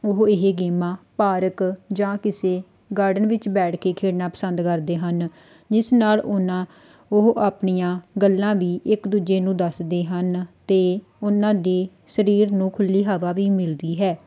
ਉਹ ਇਹ ਗੇਮਾਂ ਪਾਰਕ ਜਾਂ ਕਿਸੇ ਗਾਰਡਨ ਵਿੱਚ ਬੈਠ ਕੇ ਖੇਡਣਾ ਪਸੰਦ ਕਰਦੇ ਹਨ ਜਿਸ ਨਾਲ ਉਨ੍ਹਾਂ ਉਹ ਆਪਣੀਆਂ ਗੱਲਾਂ ਵੀ ਇੱਕ ਦੂਜੇ ਨੂੰ ਦੱਸਦੇ ਹਨ ਅਤੇ ਉਹਨਾਂ ਦੇ ਸਰੀਰ ਨੂੰ ਖੁੱਲ੍ਹੀ ਹਵਾ ਵੀ ਮਿਲਦੀ ਹੈ